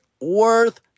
Worth